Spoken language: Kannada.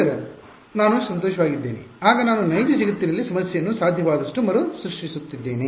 ನಂತರ ನಾನು ಸಂತೋಷವಾಗಿದ್ದೇನೆ ಆಗ ನಾನು ನೈಜ ಜಗತ್ತಿನ ಸಮಸ್ಯೆಯನ್ನು ಸಾಧ್ಯವಾದಷ್ಟು ಮರುಸೃಷ್ಟಿಸುತ್ತಿದ್ದೇನೆ